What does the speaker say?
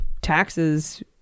taxes